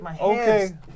Okay